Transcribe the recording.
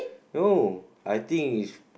no I think